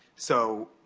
so,